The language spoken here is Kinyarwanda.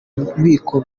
bubiko